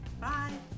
Bye